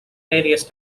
various